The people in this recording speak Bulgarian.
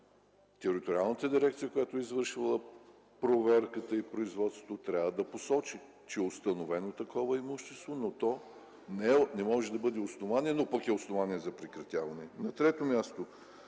териториалната дирекция, която е извършила проверката и производството, трябва да посочи, че е установено такова имущество, но то не може да бъде основание, но пък е основание за прекратяване. На трето място,